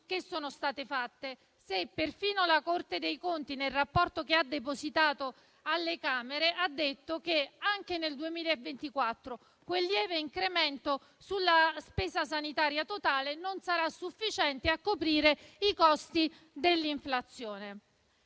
che sono state fatte, se perfino la Corte dei conti, nel rapporto che ha depositato alle Camere, ha detto che anche nel 2024 quel lieve incremento sulla spesa sanitaria totale non sarà sufficiente a coprire i costi dell'inflazione.